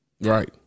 Right